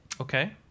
Okay